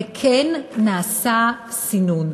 וכן, נעשה סינון.